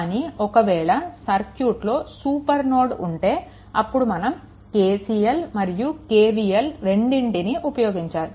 కానీ ఒకవేళ సర్క్యూట్లో సూపర్ నోడ్ ఉంటే అప్పుడు మనం KCL మరియు KVL రెండిటినీ ఉపయోగించాలి